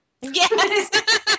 Yes